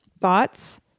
thoughts